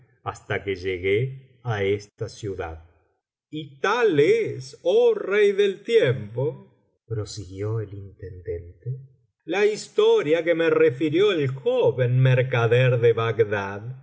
hasta que llegué á esta ciudad y tal es oh rey del tiempo prosiguió el intendentela historia que me refirió el joven mercader de bagdad